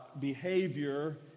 behavior